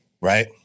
Right